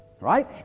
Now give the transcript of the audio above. Right